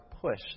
push